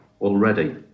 already